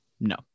No